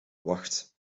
wacht